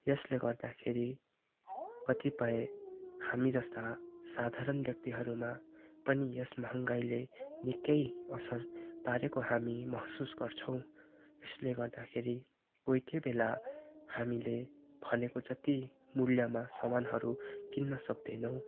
यसले गर्दाखेरि कतिपय हामी जस्ता साधारण व्यक्तिहरूमा पनि यस महँगाइले निकै असर पारेको हामी महसुस गर्छौँ यसले गर्दाखेरि कोही कोही बेला हामीले भनेको जति मूल्यमा समानहरू किन्न सक्दैनौँ